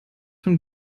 von